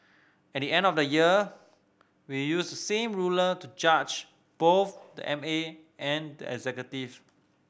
at the end of the year we use the same ruler to judge both the M A and the executive